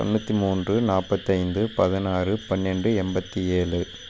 தொண்ணூற்றி மூன்று நாற்பத்தைந்து பதினாறு பன்னெண்டு எண்பத்தி ஏழு